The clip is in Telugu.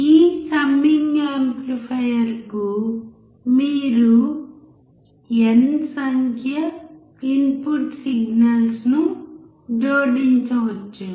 ఈ సమ్మింగ్ యాంప్లిఫైయర్కూ మీరు n సంఖ్య ఇన్పుట్ సిగ్నల్స్ జోడించవచ్చు